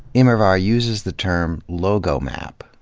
immerwahr uses the term logo map,